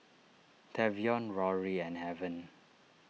Tavion Rory and Heaven